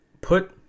put